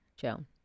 joan